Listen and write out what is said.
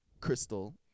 Crystal